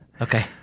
Okay